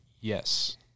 yes